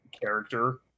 character